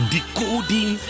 Decoding